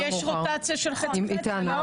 כי יש רוטציה של חצי-חצי, לא?